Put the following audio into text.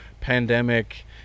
pandemic